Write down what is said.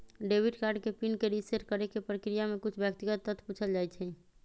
debit card के PIN के reset करेके प्रक्रिया में कुछ व्यक्तिगत तथ्य पूछल जाइ छइ